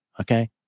Okay